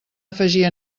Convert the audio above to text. afegir